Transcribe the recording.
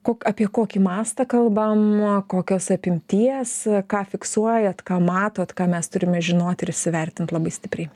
ko apie kokį mastą kalbam kokios apimties ką fiksuojat ką matot ką mes turime žinot ir įsivertint labai stipriai